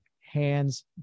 hands